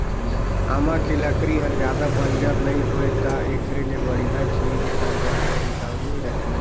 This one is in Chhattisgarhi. आमा के लकरी हर जादा बंजर नइ होय त एखरे ले बड़िहा चीज हर जादा टिकाऊ नइ रहें